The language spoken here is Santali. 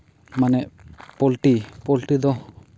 ᱢᱟᱱᱮ ᱯᱳᱞᱴᱤ ᱯᱳᱞᱴᱤ ᱫᱚ